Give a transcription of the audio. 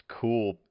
cool